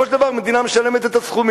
של דבר המדינה משלמת להם את הסכומים.